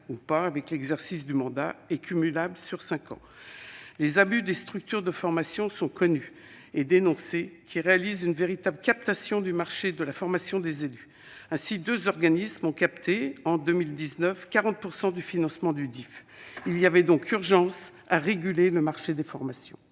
ou pas, avec l'exercice du mandat, et cumulables sur cinq ans. Les abus des structures de formation sont connus et dénoncés. Celles-ci réalisent une véritable captation du marché de la formation des élus : ainsi, deux organismes ont capté, en 2019, quelque 40 % du financement du DIFE. Il y avait donc urgence à réguler le marché des formations.